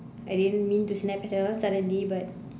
I didn't mean to snap at her suddenly but